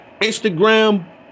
Instagram